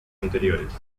anteriores